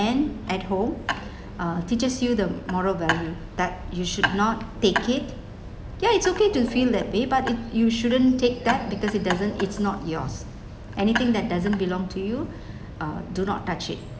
and at home uh teaches you the moral value that you should not take it yeah it's okay to feel that way but it you shouldn't take that because it doesn't it's not yours anything that doesn't belong to you uh do not touch it